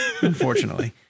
unfortunately